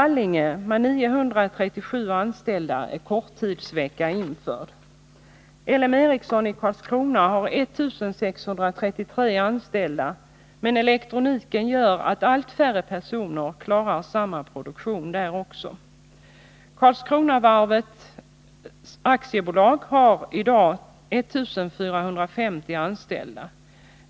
LM Ericsson i Karlskrona har 1 633 anställda, men elektroniken gör att allt färre personer klarar samma produktion där också. Karlskronavarvet AB har i dag 1450 anställda.